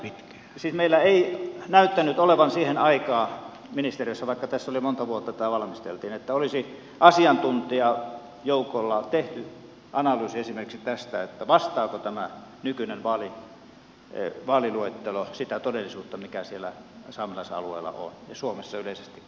siis meillä ei näyttänyt olevan siihen aikaa ministeriössä vaikka tässä monta vuotta tätä valmisteltiin että olisi asiantuntijajoukolla tehty analyysi esimerkiksi tästä vastaako tämä nykyinen vaaliluettelo sitä todellisuutta mikä siellä saamelaisalueella on ja suomessa yleisestikin on